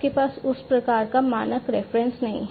किसी प्रकार के मानक रेफरेंस नहीं है